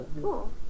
Cool